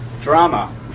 Drama